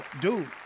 Dude